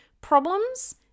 problems